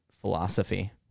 philosophy